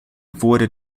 wurde